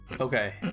Okay